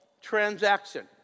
transaction